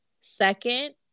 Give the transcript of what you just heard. second